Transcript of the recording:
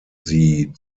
sie